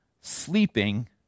sleeping